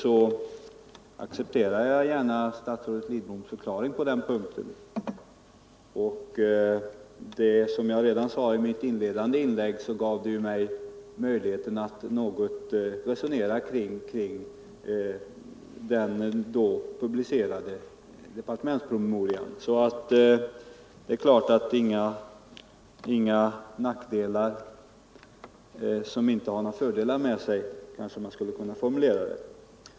Som jag sade redan i mitt inledande inlägg gav det mig möjlighet att något resonera kring den publicerade departementspromemorian. Man kanske kan formulera det hela så: inga nackdelar som inte har fördelar med sig.